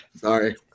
Sorry